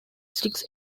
six